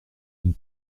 une